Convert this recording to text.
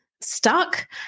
stuck